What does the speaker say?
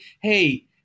hey